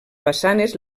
façanes